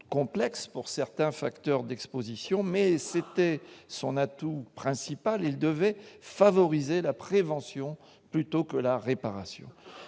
compte de certains facteurs de pénibilité, mais-c'était son atout principal -il devait favoriser la prévention plutôt que la réparation.